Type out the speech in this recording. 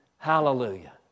Hallelujah